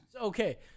Okay